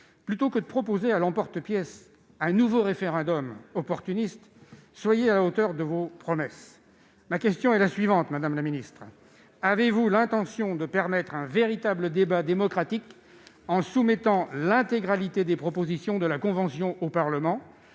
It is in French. Plutôt que de proposer à l'emporte-pièce un nouveau référendum opportuniste, soyez à la hauteur de vos promesses. Ma question est la suivante, madame la ministre : avez-vous l'intention de permettre un véritable débat démocratique en soumettant l'intégralité des propositions de la Convention au Parlement ?